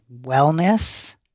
wellness